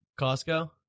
Costco